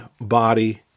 body